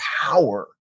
power